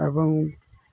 ଏବଂ